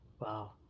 Wow